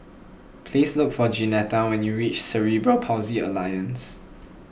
please look for Jeanetta when you reach Cerebral Palsy Alliance